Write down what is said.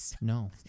no